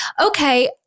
Okay